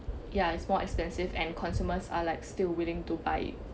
yeah it's more expensive and consumers are like still willing to buy